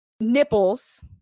nipples